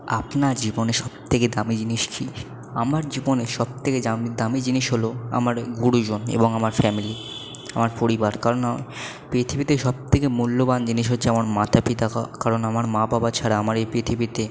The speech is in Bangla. আপনার জীবনে সব থেকে দামি জিনিস কি আমার জীবনে সব থেকে দামি জিনিস হল আমার গুরুজন এবং আমার ফ্যামিলি আমার পরিবার কারণ পৃথিবীতে সব থেকে মূল্যবান জিনিস হচ্ছে আমার মাতা পিতা কারণ আমার মা বাবা ছাড়া আমার এই পৃথিবীতে